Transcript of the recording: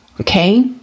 Okay